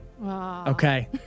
Okay